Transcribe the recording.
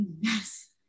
yes